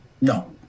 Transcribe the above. No